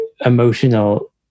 emotional